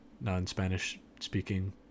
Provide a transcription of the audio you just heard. non-Spanish-speaking